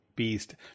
beast